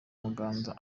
muganza